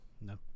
no